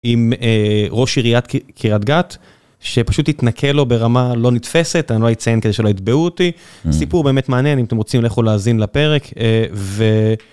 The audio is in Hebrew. עם ראש עיריית קריית גת, שפשוט התנכל לו ברמה לא נתפסת, אני לא אציין כדי שלא יתבעו אותי. הסיפור באמת מעניין אם אתם רוצים לכו להאזין לפרק.